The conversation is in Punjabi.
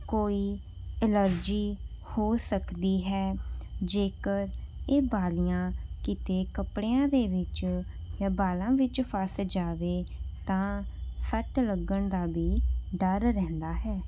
ਕੋਈ ਐਲਰਜੀ ਹੋ ਸਕਦੀ ਹੈ ਜੇਕਰ ਇਹ ਵਾਲੀਆਂ ਕਿਤੇ ਕੱਪੜਿਆਂ ਦੇ ਵਿੱਚ ਜਾਂ ਵਾਲਾਂ ਵਿੱਚ ਫਸ ਜਾਵੇ ਤਾਂ ਸੱਟ ਲੱਗਣ ਦਾ ਵੀ ਡਰ ਰਹਿੰਦਾ ਹੈ